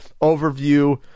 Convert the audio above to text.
overview